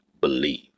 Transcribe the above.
Believe